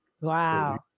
Wow